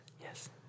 Yes